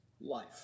life